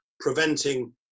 preventing